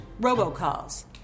robocalls